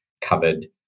covered